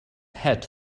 head